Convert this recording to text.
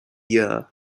year